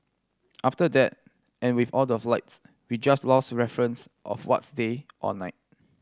after that and with all the flights we just lost reference of what's day or night